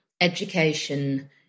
education